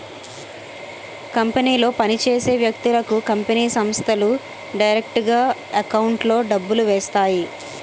కంపెనీలో పని చేసే వ్యక్తులకు కంపెనీ సంస్థలు డైరెక్టుగా ఎకౌంట్లో డబ్బులు వేస్తాయి